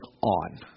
on